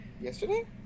Yesterday